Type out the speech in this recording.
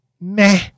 meh